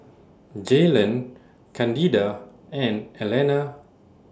Jaylon Candida and Alanna